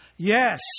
Yes